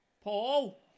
Paul